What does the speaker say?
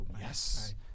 Yes